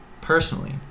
personally